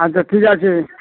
আচ্ছা ঠিক আছে